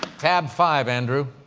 tab five, andrew.